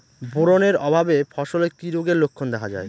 Boron এর অভাবে ফসলে কি রোগের লক্ষণ দেখা যায়?